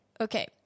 Okay